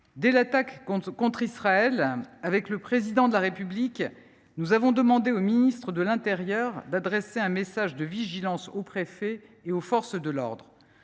Dès l’attaque contre Israël, avec le Président de la République, nous avons demandé au ministre de l’intérieur d’adresser un message de vigilance aux préfets et aux forces de l’ordre.